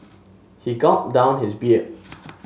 he gulped down his beer